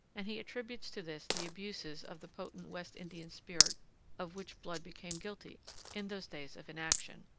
and he attributes to this the abuses of the potent west indian spirit of which blood became guilty in those days of inaction,